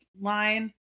line